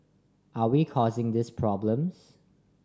are we causing these problems